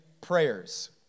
prayers